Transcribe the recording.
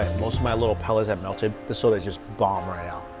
most of my little pellets have melted this soda is just bomb right now.